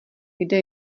kde